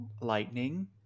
Lightning